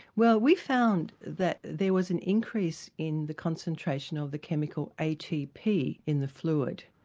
well we found that there was an increase in the concentration of the chemical atp in the fluid.